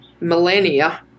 millennia